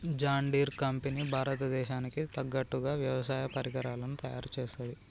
John Deere company భారత దేశానికి తగ్గట్టుగా వ్యవసాయ పరికరాలను తయారుచేస్తది